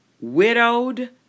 widowed